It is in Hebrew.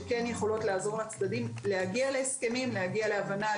שכן יכולות לעזור לצדדים להגיע להסכמים והבנה,